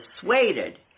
persuaded